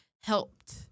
helped